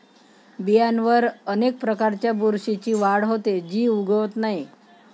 बियांवर अनेक प्रकारच्या बुरशीची वाढ होते, जी उगवत नाही